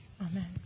Amen